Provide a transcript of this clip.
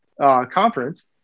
conference